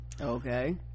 okay